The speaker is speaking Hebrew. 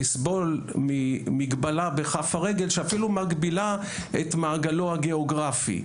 ולסבול ממגבלה בכף הרגל שאפילו מגבילה את מעגלו הגאוגרפי.